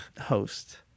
host